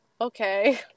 okay